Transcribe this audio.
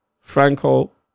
Franco